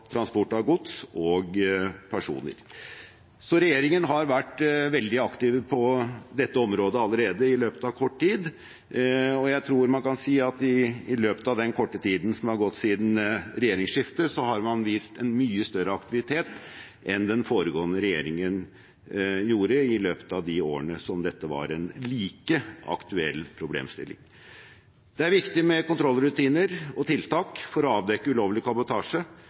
transport av gods og personer. Så regjeringen har vært veldig aktiv på dette området allerede i løpet av kort tid, og jeg tror man kan si at i løpet av den korte tiden som har gått siden regjeringsskiftet, har man vist en mye større aktivitet enn den foregående regjeringen gjorde i løpet av de årene som dette var en like aktuell problemstilling. Det er viktig med kontrollrutiner og tiltak for å avdekke ulovlig kabotasje,